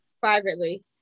privately